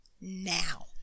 now